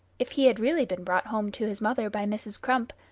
if he had really been brought home to his mother by mrs. crump,